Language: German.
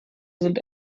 sind